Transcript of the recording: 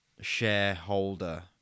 shareholder